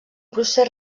procés